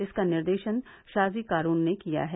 इसका निर्देशन शाजी कारून ने किया है